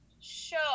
show